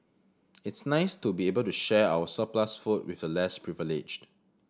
it's nice to be able to share our surplus food with the less privileged